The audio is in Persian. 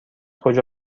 کجا